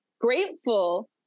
grateful